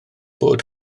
bod